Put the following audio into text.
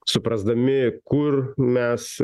suprasdami kur mes